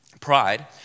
Pride